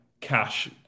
cash